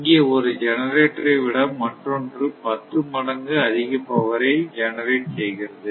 இங்கே ஒரு ஜெனரேட்டரை விட மற்றொன்று பத்து மடங்கு அதிக பவரை ஜெனரேட் செய்கிறது